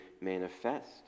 manifest